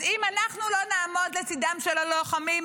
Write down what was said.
אז אם אנחנו לא נעמוד לצידם של הלוחמים,